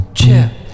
chip